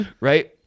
right